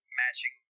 matching